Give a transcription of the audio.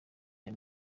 rya